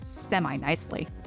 semi-nicely